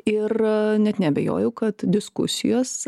ir net neabejoju kad diskusijos